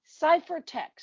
ciphertext